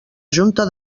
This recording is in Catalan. junta